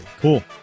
Cool